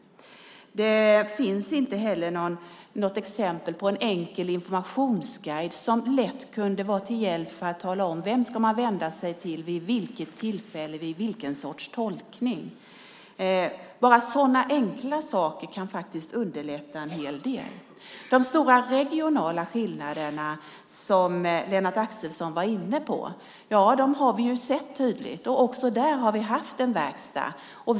Det finns inte heller något exempel på en enkel informationsguide som lätt kan vara till hjälp för att tala om vem man ska vända sig till vid vilket tillfälle vid vilken sorts tolkning. Sådana enkla saker kan underlätta en hel del. De stora regionala skillnaderna, som Lennart Axelsson var inne på, har vi tydligt sett. Också där har vi haft en verkstad.